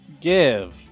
give